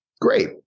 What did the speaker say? great